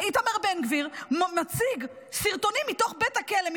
איתמר בן גביר מציג סרטונים מתוך בית הכלא,